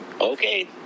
Okay